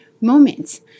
moments